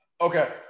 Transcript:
Okay